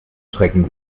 schrecken